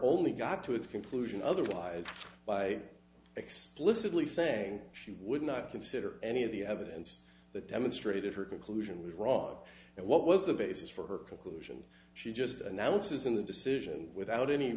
only got to its conclusion otherwise by explicitly saying she would not consider any of the evidence that demonstrated her conclusion was wrong and what was the basis for her conclusion she just announces in the decision without any